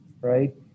right